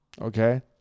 Okay